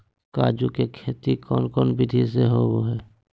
काजू के खेती कौन कौन विधि से होबो हय?